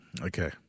Okay